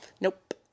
Nope